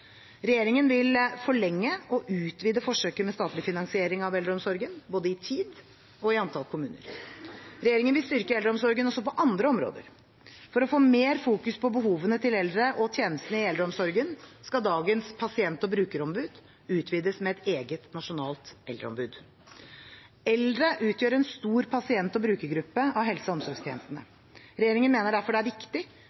Regjeringen vil forlenge og utvide forsøket med statlig finansiering av eldreomsorgen, både i tid og i antall kommuner. Regjeringen vil styrke eldreomsorgen også på andre områder. For å få mer fokus på behovene til eldre og tjenestene i eldreomsorgen skal dagens pasient- og brukerombud utvides med et eget nasjonalt eldreombud. Eldre utgjør en stor pasient- og brukergruppe av helse- og omsorgstjenestene.